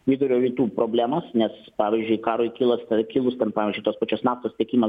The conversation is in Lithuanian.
vidurio rytų problemas nes pavyzdžiui karui kylas kilus ten pavyzdžiui tos pačios naftos tiekimas